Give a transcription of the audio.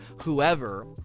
whoever